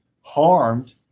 harmed